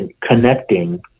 connecting